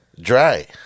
dry